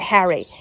Harry